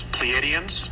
Pleiadians